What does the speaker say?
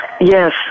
Yes